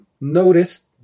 noticed